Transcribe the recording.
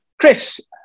Chris